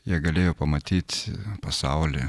jie galėjo pamatyt pasaulį